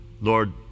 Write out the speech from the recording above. Lord